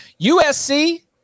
USC